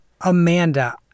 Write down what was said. Amanda